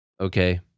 okay